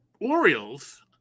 Orioles